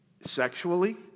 sexually